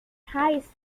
high